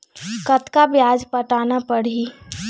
कतका ब्याज पटाना पड़ही?